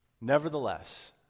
Nevertheless